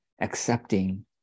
accepting